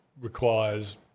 requires